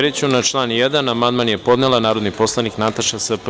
Na član 1. amandman je podnela narodni poslanik Nataša Sp.